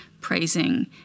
praising